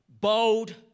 bold